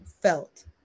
felt